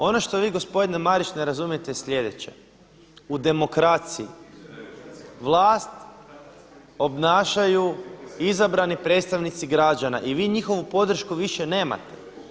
Ono što vi gospodine Marić ne razumijete je slijedeće, u demokraciji vlast obnašaju izabrani predstavnici građana i vi njihovu podršku više nemate.